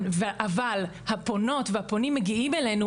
אבל הפונות והפונים מגיעים אלינו,